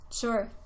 Sure